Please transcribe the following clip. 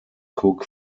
cook